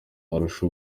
arusha